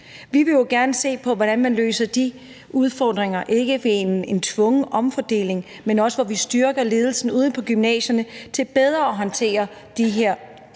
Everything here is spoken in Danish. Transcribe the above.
Vi vil jo gerne se på, hvordan man løser de udfordringer og ikke alene gør det ved en tvungen omfordeling, men også gør det ved at styrke ledelsen ude på gymnasierne til bedre at håndtere de her udfordringer,